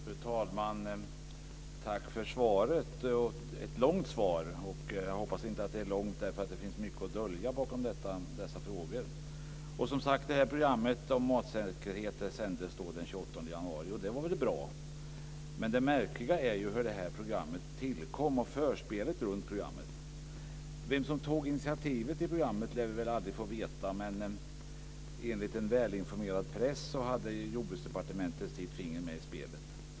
Fru talman! Tack för svaret. Det var ett långt svar. Jag hoppas att det inte är långt därför att det finns mycket att dölja i dessa frågor. Programmet om matsäkerhet sändes som sagt den 28 januari, och det var väl bra. Men det märkliga är hur detta program tillkom och förspelet runt programmet. Vem som tog initiativet till programmet lär vi aldrig få veta, men enligt en välinformerad press hade Jordbruksdepartementet sitt finger med i spelet.